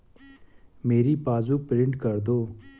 मेरी passbook print कर दो